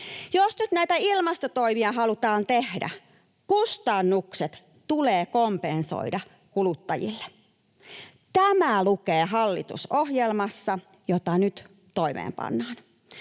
Jos nyt näitä ilmastotoimia halutaan tehdä, kustannukset tulee kompensoida kuluttajille. Tämä lukee hallitusohjelmassa, jota nyt toimeenpannaan.